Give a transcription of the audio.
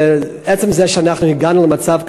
ועצם זה שאנחנו הגענו למצב כזה,